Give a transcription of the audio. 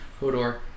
Hodor